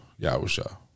Yahusha